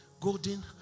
golden